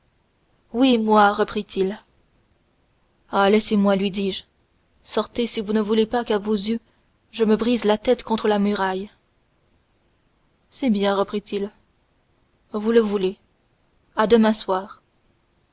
oui moi reprit-il ah laissez-moi lui dis-je sortez si vous ne voulez pas qu'à vos yeux je me brise la tête contre la muraille c'est bien reprit-il vous le voulez à demain soir